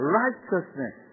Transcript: righteousness